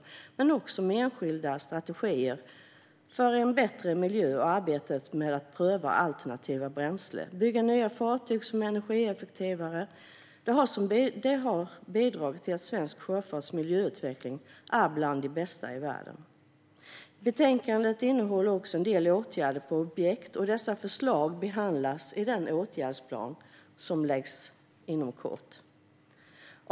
Den bidrar också med enskilda strategier för en bättre miljö och i arbetet med att pröva alternativa bränslen och bygga nya fartyg som är energieffektivare. Det har bidragit till att svensk sjöfarts miljöutveckling är bland de bästa i världen. Betänkandet innehåller också en del åtgärder på objekt, och dessa förslag behandlas i den åtgärdsplan som läggs fram inom kort.